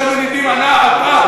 אתם לא מנידים עפעף.